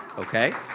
okay?